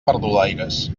perdulaires